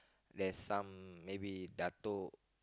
there's some maybe datuk